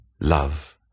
love